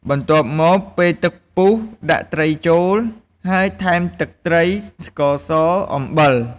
បន្ទាប់មក ពេលទឹកពុះ ដាក់ត្រីចូល ហើយថែមទឹកត្រី ស្ករស អំបិល។